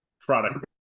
product